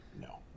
no